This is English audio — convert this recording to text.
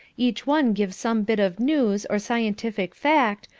each one give some bit of news or scientific fact,